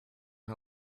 how